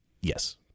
Yes